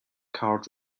card